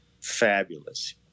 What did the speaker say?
fabulous